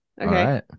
Okay